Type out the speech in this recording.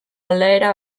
aldaera